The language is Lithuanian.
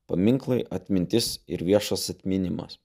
paminklai atmintis ir viešas atminimas